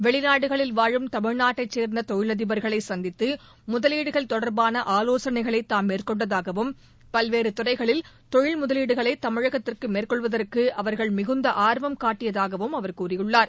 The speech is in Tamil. வெளிநாடுகளில் வாழும் தமிழ் நாட்டைச் சேர்ந்த தொழிலதிபர்களை சந்தித்து முதலீடுகள் தொடர்பான ஆலோசனைகளை தாம் மேற்கொண்டதாகவும் பல்வேறு துறைகளில் தொழில் முதலீடுகளை தமிழகத்தில் மேற்கொள்வதற்கு அவர்கள் மிகுந்த ஆர்வம் காட்டியதாகவும் அவர் கூறியுள்ளார்